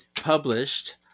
published